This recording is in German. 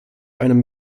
einem